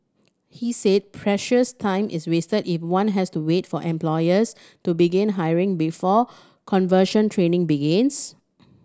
he said precious time is wasted if one has to wait for employers to begin hiring before conversion training begins